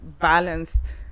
balanced